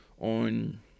on